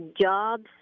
jobs